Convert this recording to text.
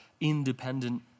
independent